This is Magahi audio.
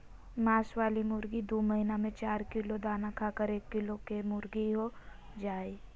मांस वाली मुर्गी दू महीना में चार किलो दाना खाकर एक किलो केमुर्गीहो जा हइ